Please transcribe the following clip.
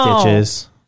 stitches